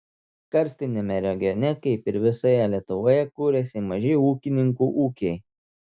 karstiniame regione kaip ir visoje lietuvoje kuriasi maži ūkininkų ūkiai